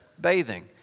bathing